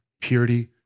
purity